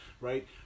right